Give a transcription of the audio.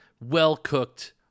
well-cooked